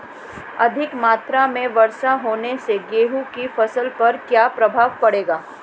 अधिक मात्रा की वर्षा होने से गेहूँ की फसल पर क्या प्रभाव पड़ेगा?